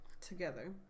together